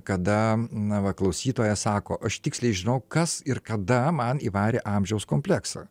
kada na va klausytoja sako aš tiksliai žinau kas ir kada man įvarė amžiaus kompleksą